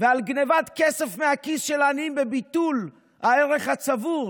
על גנבת כסף מהכיס של העניים בביטול הערך הצבור